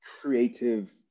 creative